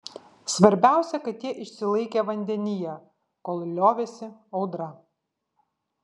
svarbiausia kad jie išsilaikė vandenyje kol liovėsi audra